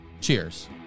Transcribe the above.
Cheers